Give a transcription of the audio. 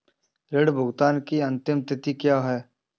ऋण भुगतान की अंतिम तिथि क्या है?